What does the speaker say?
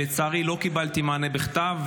לצערי, לא קיבלתי מענה בכתב.